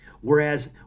Whereas